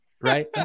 right